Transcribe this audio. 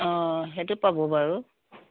অ সেইটো পাব বাৰু